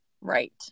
right